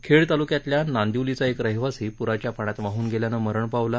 खेड ताल्क्यातल्या नांदिवलीचा एक रहिवासी प्राच्या पाण्यात वाहन गेल्यानं मरण पावला